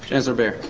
chancellor behr.